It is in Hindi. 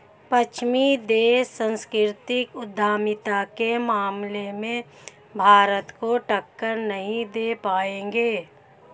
पश्चिमी देश सांस्कृतिक उद्यमिता के मामले में भारत को टक्कर नहीं दे पाएंगे